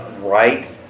right